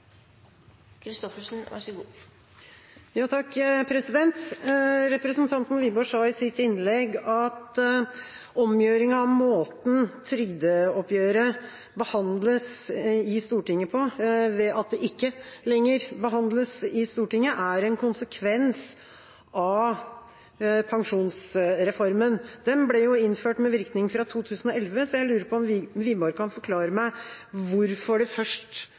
Representanten Wiborg sa i sitt innlegg at omgjøring av måten trygdeoppgjøret behandles på i Stortinget, ved at det ikke lenger behandles i Stortinget, er en konsekvens av pensjonsreformen. Den ble innført med virkning fra 2011, så jeg lurer på om Wiborg kan forklare meg hvorfor det først